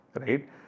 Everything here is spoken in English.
right